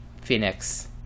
Phoenix